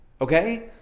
Okay